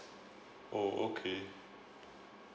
oh okay